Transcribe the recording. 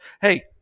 Hey